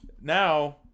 now